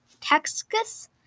Texas